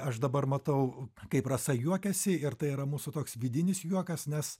aš dabar matau kaip rasa juokiasi ir tai yra mūsų toks vidinis juokas nes